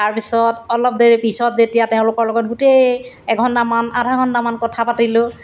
তাৰপিছত অলপ দেৰি পিছত যেতিয়া তেওঁলোকৰ লগত গোটেই এঘণ্টামান আধাঘণ্টামান কথা পাতিলোঁ